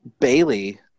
bailey